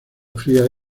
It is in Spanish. fría